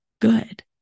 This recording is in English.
good